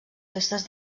festes